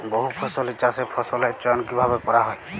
বহুফসলী চাষে ফসলের চয়ন কীভাবে করা হয়?